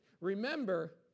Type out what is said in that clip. remember